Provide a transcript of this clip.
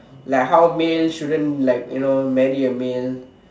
like how male shouldn't like you know marry a male